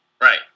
Right